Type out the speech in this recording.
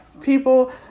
people